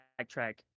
backtrack